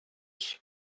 ships